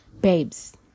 babes